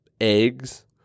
eggs